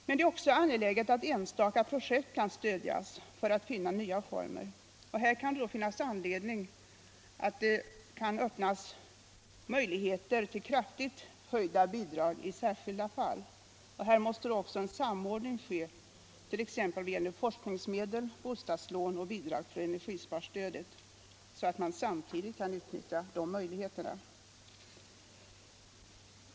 Men det är också angeläget att enstaka projekt kan stödjas för att man skall kunna finna nya former. Här kan det vara anledning att öppna möjligheter till kraftigt höjda bidrag i särskilda fall. Vidare måste en samordning ske, t.ex. mellan forskningsmedel, bostadslån och bidrag från energisparstödet, så att man samtidigt kan utnyttja dessa.